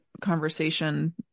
conversation